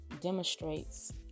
demonstrates